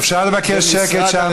אפשר לבקש שקט שם,